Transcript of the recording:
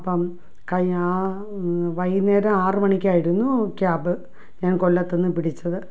അപ്പോള് കഴിഞ്ഞ വൈകുന്നേരം ആറു മണിക്കായിരുന്നു ക്യാബ് ഞാൻ കൊല്ലത്തുനിന്നു പിടിച്ചത്